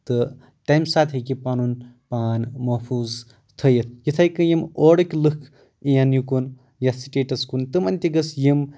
تہٕ تمہِ ساتہٕ ہٮ۪کہِ یہِ پنُن پان محفوظ تھٔیِتھ یِتھٕے کٔنی یِم اورٕکۍ لُکھ یِن یِکُن یتھ سٹیٹس کُن تِمن تہِ گٔژھ یِم